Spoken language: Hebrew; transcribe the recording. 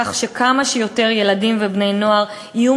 כך שכמה שיותר ילדים ובני-נוער יהיו